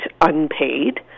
unpaid